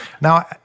Now